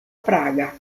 praga